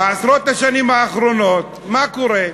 בעשרות השנים האחרונות, מה קורה?